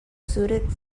suited